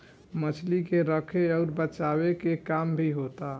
मछली के रखे अउर बचाए के काम भी होता